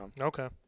Okay